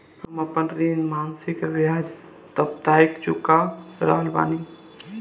हम आपन ऋण मासिक के बजाय साप्ताहिक चुका रहल बानी